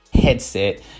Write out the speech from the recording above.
headset